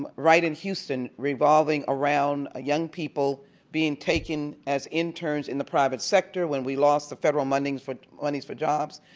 um right in houston revolving around ah young people being taken as interns in the private sector when we lost the federal moneys for moneys for jobs.